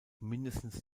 mindestens